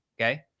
Okay